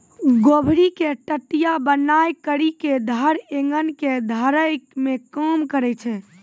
गभोरी के टटया बनाय करी के धर एगन के घेरै मे काम करै छै